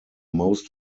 most